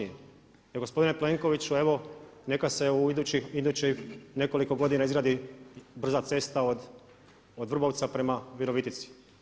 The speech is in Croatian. I gospodine Plenkoviću evo neka se u idućih nekoliko godina izgradi brza cesta od Vrbovca prema Virovitici.